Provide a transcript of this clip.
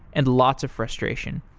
and lots of frustration.